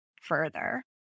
further